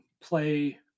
play